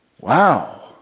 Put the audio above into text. Wow